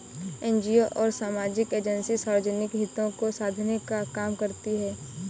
NGO और सामाजिक agency सार्वजनिक हितों को साधने का काम करती हैं